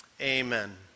Amen